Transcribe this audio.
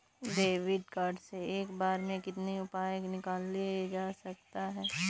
David card से एक बार में कितनी रूपए निकाले जा सकता है?